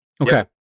Okay